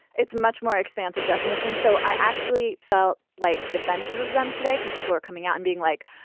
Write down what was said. it's much more expansive definition. so i actually felt like defensive of them today because people are coming out and being like,